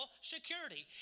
security